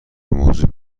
موجود